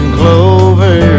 clover